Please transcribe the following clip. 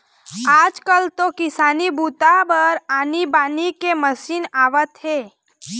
आजकाल तो किसानी बूता बर आनी बानी के मसीन आवत हे